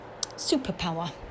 superpower